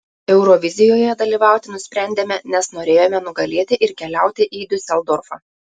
eurovizijoje dalyvauti nusprendėme nes norėjome nugalėti ir keliauti į diuseldorfą